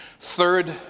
Third